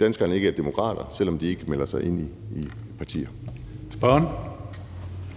danskerne ikke er demokrater, selv om de ikke melder sig ind i partier. Kl.